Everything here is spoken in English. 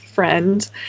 Friend